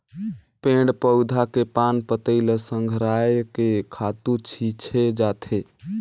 पेड़ पउधा के पान पतई ल संघरायके खातू छिछे जाथे